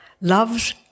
Love's